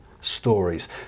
stories